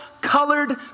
colored